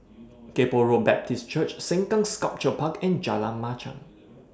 Kay Poh Road Baptist Church Sengkang Sculpture Park and Jalan Machang